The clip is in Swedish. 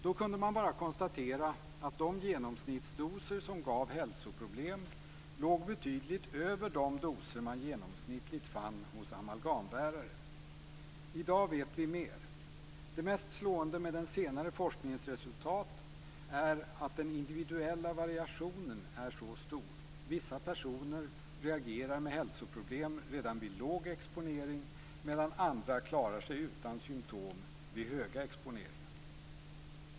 Då kunde man bara konstatera att de genomsnittsdoser som gav hälsoproblem låg betydligt över de doser man genomsnittligt fann hos amalgambärare. I dag vet vi mer. Det mest slående med den senare forskningens resultat är att den individuella variationen är så stor. Vissa personer reagerar med hälsoproblem redan vid låg exponering, medan andra klarar sig utan symtom vid höga exponeringar.